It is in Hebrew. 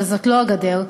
אבל זאת לא הגדר.